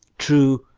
true,